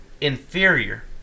inferior